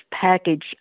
package